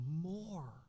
more